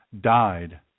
died